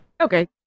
Okay